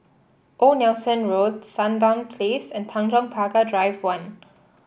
Old Nelson Road Sandown Place and Tanjong Pagar Drive One